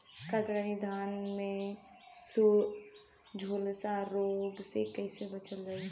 कतरनी धान में झुलसा रोग से कइसे बचल जाई?